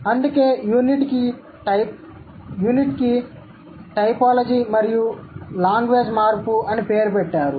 అందుకే యూనిట్కి టైపోలాజీ మరియు లాంగ్వేజ్ మార్పు అని పేరు పెట్టారు